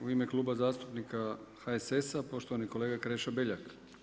U ime Kluba zastupnika HSS-a poštovani kolega Krešo Beljak.